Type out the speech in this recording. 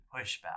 pushback